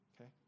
okay